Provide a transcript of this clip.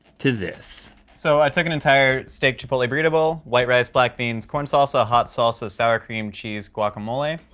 to this? so i took an entire steak chipotle burrito bowl, white rice, black beans, corn salsa, hot salsa, sour cream, cheese, guacamole,